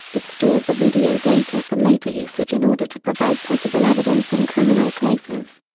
it stores the video data for later usage in order to provide possible evidence in criminal cases.